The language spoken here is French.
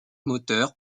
moteur